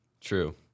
True